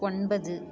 ஒன்பது